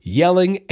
yelling